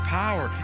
power